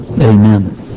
Amen